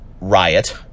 riot